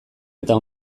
eta